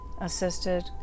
assisted